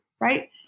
right